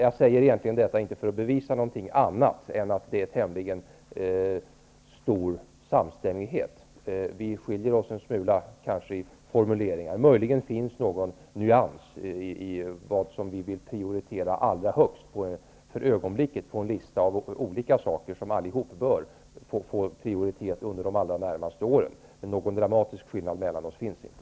Jag säger detta egentligen inte för att bevisa någonting annat än att det är tämligen stor samstämmighet mellan oss. Vi skiljer oss kanske en smula i formuleringarna. Möjligen finns något olika nyanser när det gäller vad vi vill prioritera allra högst för ögonblicket på en lista av olika saker som allihop bör få prioritet under de allra närmaste åren. Men någon dramatisk skillnad mellan oss finns inte.